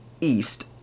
east